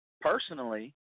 personally